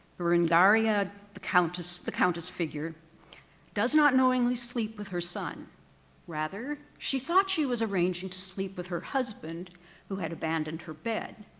beringaria the countess the countess figure does not knowingly sleep with her son rather she thought she was arranging to sleep with her husband who had abandoned her bed.